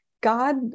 God